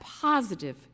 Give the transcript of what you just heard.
positive